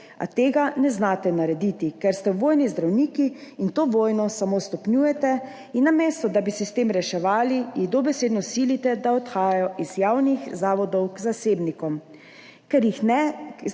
a tega ne znate narediti, ker ste v vojni z zdravniki. To vojno samo stopnjujete. Namesto da bi sistem reševali, jih dobesedno silite, da odhajajo iz javnih zavodov k zasebnikom,